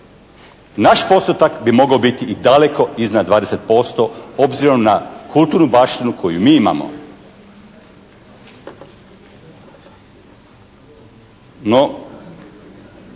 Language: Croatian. Naš postotak bi mogao biti i daleko iznad 20% obzirom na kulturnu baštinu koju mi imamo. No,